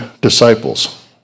disciples